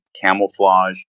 camouflage